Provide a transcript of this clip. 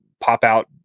pop-out